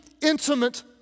intimate